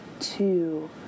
two